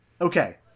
Okay